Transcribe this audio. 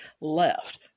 left